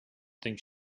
think